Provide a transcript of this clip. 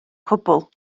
cwbl